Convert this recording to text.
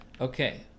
Okay